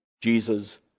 Jesus